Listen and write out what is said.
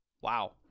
Wow